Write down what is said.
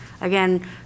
again